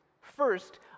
first